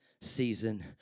season